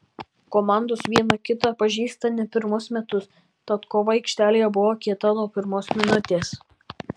komandos viena kitą pažįsta ne pirmus metus tad kova aikštelėje buvo kieta nuo pirmos minutės